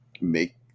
make